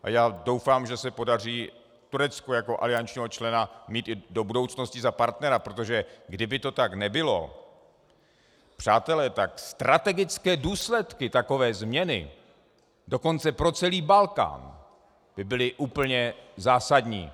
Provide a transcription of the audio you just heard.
A doufám, že se podaří Turecko jako aliančního člena mít i do budoucnosti za partnera, protože kdyby to tak nebylo, přátelé, tak strategické důsledky takové změny, dokonce pro celý Balkán, by byly úplně zásadní.